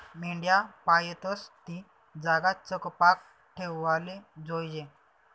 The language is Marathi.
मेंढ्या पायतस ती जागा चकपाक ठेवाले जोयजे